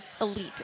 elite